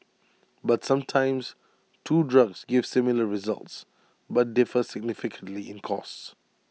but sometimes two drugs give similar results but differ significantly in costs